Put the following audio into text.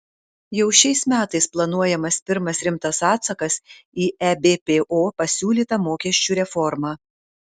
jau šiais metais planuojamas pirmas rimtas atsakas į ebpo pasiūlytą mokesčių reformą